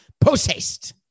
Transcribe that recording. post-haste